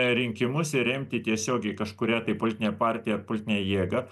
rinkimus ir remti tiesiogiai kažkurią tai politinę partiją ar politinę jėgą